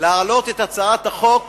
להעלות את הצעת החוק